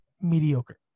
mediocre